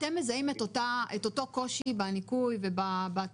אתם מזהים את אותו קושי בניכוי ובתחשיבים